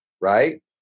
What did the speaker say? right